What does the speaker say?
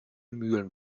mühlen